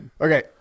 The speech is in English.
Okay